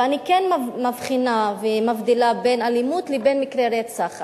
ואני כן מבחינה ומבדילה בין אלימות לבין מקרי רצח.